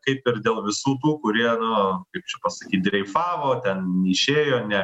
kaip ir dėl visų tų kurie nu kaip čia pasakyt dreifavo ten išėjo ne